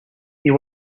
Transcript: you